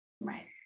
Right